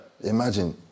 imagine